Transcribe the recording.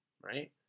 right